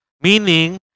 Meaning